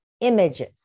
images